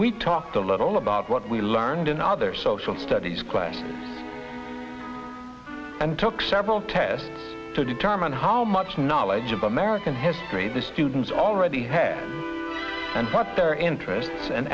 we talked a little about what we learned in other social studies class and took several tests to determine how much knowledge of american history the students already had and what their interests a